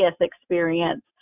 experience